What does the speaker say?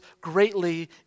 greatly